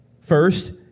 first